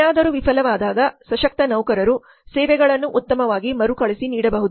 ಏನಾದರೂ ವಿಫಲವಾದಾಗ ಸಶಕ್ತ ನೌಕರರು ಸೇವೆಗಳನ್ನು ಉತ್ತಮವಾಗಿ ಮರುಕಳಿಸಿ ನೀಡಬಹುದು